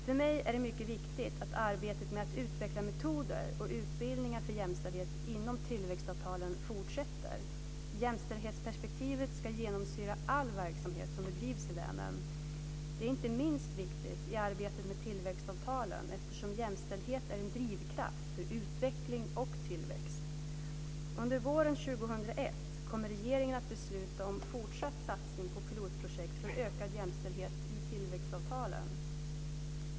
För mig är det mycket viktigt att arbetet med att utveckla metoder och utbildningar för jämställdhet inom tillväxtavtalen fortsätter. Jämställdhetsperspektivet ska genomsyra all verksamhet som bedrivs i länen. Det är inte minst viktigt i arbetet med tillväxtavtalen, eftersom jämställdhet är en drivkraft för utveckling och tillväxt. Under våren 2001 kommer regeringen att besluta om fortsatt satsning på pilotprojekt för ökad jämställdhet i tillväxtavtalen.